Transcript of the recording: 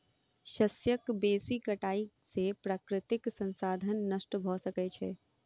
शस्यक बेसी कटाई से प्राकृतिक संसाधन नष्ट भ सकै छै